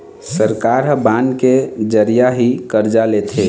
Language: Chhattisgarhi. सरकार ह बांड के जरिया ही करजा लेथे